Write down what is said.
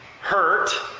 hurt